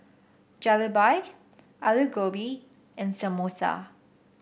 Jalebi Alu Gobi and Samosa